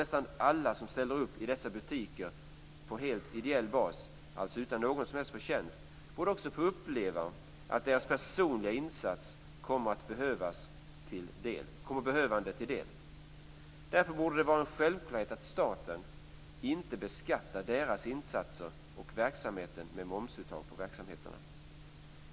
De som ställer upp i dessa butiker på helt ideell bas, alltså utan någon som helst förtjänst - jag tror att det är nästan alla - borde också få uppleva att deras personliga insats kom de behövande till del. Därför borde det vara en självklarhet att staten inte beskattar deras insatser och verksamheten med momsuttag.